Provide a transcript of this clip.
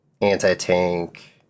anti-tank